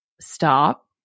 stop